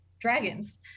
dragons